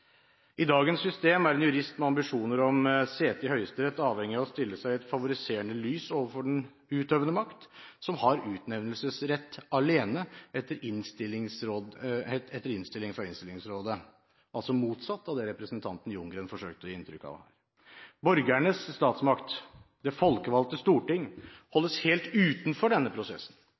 I dagens system er en jurist med ambisjoner om sete i Høyesterett avhengig av å stille seg i et favoriserende lys overfor den utøvende makt, som har utnevnelsesrett alene etter innstilling fra Innstillingsrådet – altså motsatt av det som representanten Ljunggren her forsøkte å gi inntrykk av. Borgernes statsmakt, det folkevalgte storting, holdes helt utenfor denne prosessen.